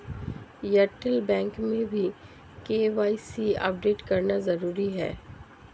Airtel bank में भी KYC update करना जरूरी है